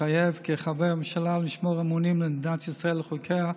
מתחייב כחבר הממשלה לשמור אמונים למדינת ישראל ולחוקיה,